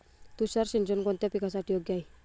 तुषार सिंचन कोणत्या पिकासाठी योग्य आहे?